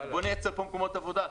בואו נייצר פה מקומות עבודה.